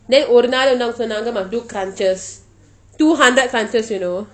then ஒரு நாள் சொன்னாங்க:oru naal sonnanka must do crunches two hundred crunches you know